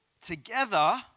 together